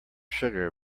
sugar